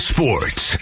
Sports